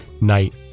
night